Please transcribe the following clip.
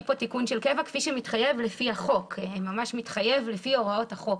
לכאן תיקון של קבע כפי שמתחייב לפי הוראות החוק.